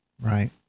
Right